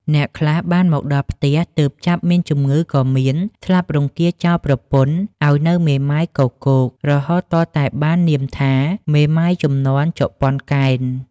អ្នកខ្លះបានមកដល់ផ្ទះ ទើបចាប់មានជំងឺក៏មាន ស្លាប់រង្គាលចោលប្រពន្ធ ឲ្យនៅមេម៉ាយគគោក រហូតទាល់តែបាននាមថា "មេម៉ាយជំនាន់ជប៉ុនកេណ្ឌ"